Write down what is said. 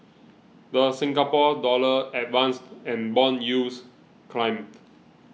the Singapore Dollar advanced and bond yields climbed